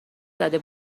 زده